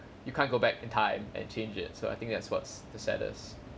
you can't go back in time and change it so I think that's what's the saddest